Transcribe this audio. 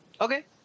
okay